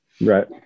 Right